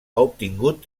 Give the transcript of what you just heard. obtingut